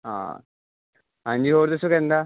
ਹਾਂ ਹਾਂਜੀ ਹੋਰ ਦੱਸੋ ਕਿੱਦਾਂ